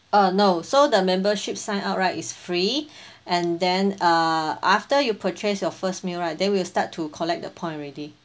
uh no so the membership sign up right is free and then uh after you purchase your first meal right then we'll start to collect the point already